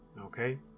Okay